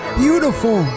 beautiful